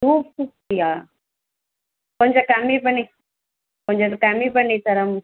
two ஃபிஃப்ட்டியா கொஞ்சம் கம்மி பண்ணி கொஞ்சோண்டு கம்மி பண்ணித் தரணும்